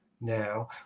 now